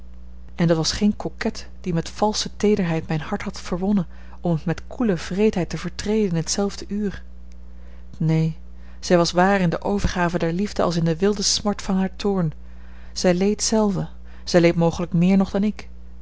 en dat was geene coquette die met valsche teederheid mijn hart had verwonnen om het met koele wreedheid te vertreden in hetzelfde uur neen zij was waar in de overgave der liefde als in de wilde smart van haar toorn zij leed zelve zij leed mogelijk meer nog dan ik